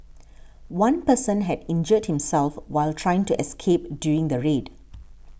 one person had injured himself while trying to escape during the raid